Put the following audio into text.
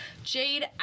Jade